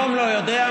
היום אני לא יודע.